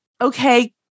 Okay